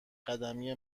قدمی